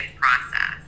process